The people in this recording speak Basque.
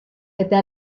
eta